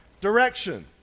Direction